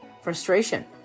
frustration